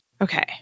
Okay